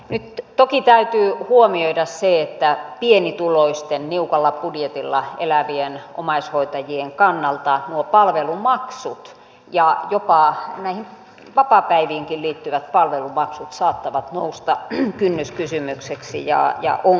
nyt toki täytyy huomioida se että pienituloisten niukalla budjetilla elävien omaishoitajien kannalta nuo palvelumaksut ja jopa näihin vapaapäiviinkin liittyvät palvelumaksut saattavat nousta kynnyskysymykseksi ja ongelmaksi